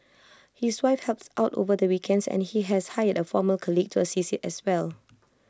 his wife helps out over the weekends and he has hired A former colleague to assist as well